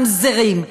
ממזרים,